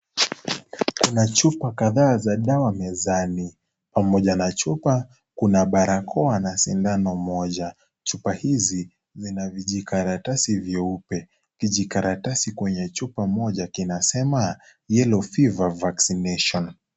Kuna chupa kadhaa za dawa mezani pamoja na chupa kuna barakoa na sindano moja, chupa hizi zina vijikaratasi vyeupe kijikaratasi kwenye chupa moja kinasema, yellow fever vaccination .